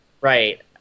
Right